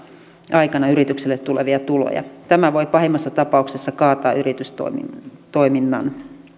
aikana yritykselle tulevia tuloja tämä voi pahimmassa tapauksessa kaataa yritystoiminnan